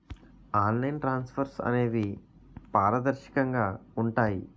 online transfers అనేవి పారదర్శకంగా ఉంటాయి